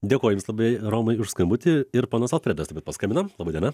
dėkoju jums labai romai už skambutį ir ponas alfredas taip pat paskambinom laba diena